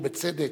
ובצדק,